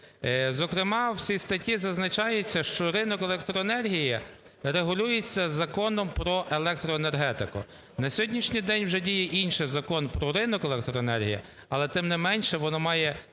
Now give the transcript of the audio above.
зокрема в цій статті зазначається, що ринок електроенергії регулюється Законом "Про електроенергетику". На сьогоднішній день вже дії інший Закон про ринок електроенергії, але тим не менше воно має…